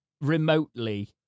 remotely